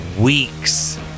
weeks